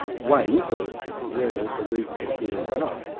way into whether it's a reasonable theory or not.